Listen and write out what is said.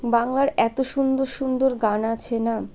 বাংলার এত সুন্দর সুন্দর গান আছে না